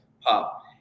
pop